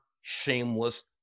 shameless